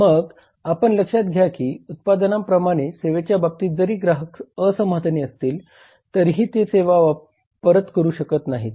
मग आपण लक्षात घ्या की उत्पादनांप्रमाणे सेवेच्या बाबतीत जरी ग्राहक असमाधानी असतील तरीही ते सेवा परत करू शकत नाहीत